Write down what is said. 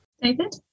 David